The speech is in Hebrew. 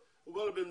הוא בא לבית משפט,